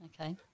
Okay